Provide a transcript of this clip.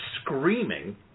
screaming